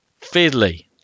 Fiddly